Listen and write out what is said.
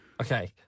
Okay